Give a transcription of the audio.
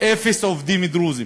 אפס עובדים דרוזים.